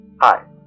Hi